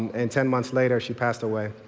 and ten months later she passed away.